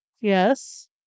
Yes